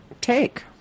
take